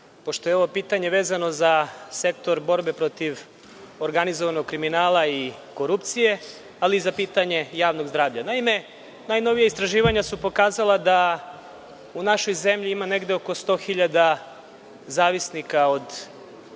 Pošto je ovo pitanje vezano za sektor borbe protiv organizovanog kriminala i korupcije, ali i za pitanje javnog zdravlja. Naime, najnovija istraživanja su pokazala da u našoj zemlji ima negde oko 100.000 zavisnika od